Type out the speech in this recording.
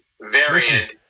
variant